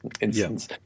instance